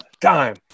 time